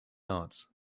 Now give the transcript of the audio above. arts